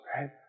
right